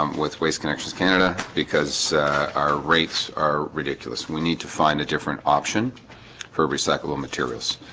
um with waste connections canada because our rates are ridiculous. we need to find a different option for recyclable materials